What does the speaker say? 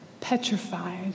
petrified